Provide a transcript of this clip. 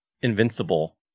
invincible